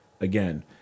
again